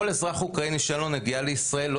כל אזרח אוקראיני שאין לו נגיעה לישראל לא